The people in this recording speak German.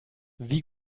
wie